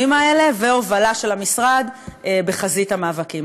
מוצע להעניק לאישה ששהתה במקלט לנשים